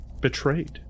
betrayed